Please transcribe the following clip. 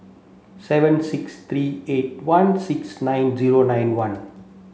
seven six three eight one six nine zero nine one